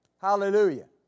Hallelujah